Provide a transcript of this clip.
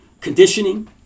conditioning